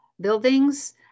buildings